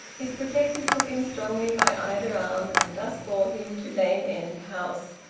his protectors took him strongly by either arm, and thus bore him to lane end house,